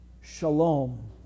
shalom